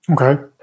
Okay